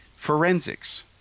Forensics